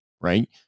right